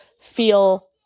feel